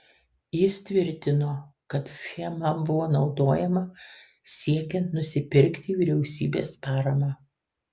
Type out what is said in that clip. jis tvirtino kad schema buvo naudojama siekiant nusipirkti vyriausybės paramą